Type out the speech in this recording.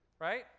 right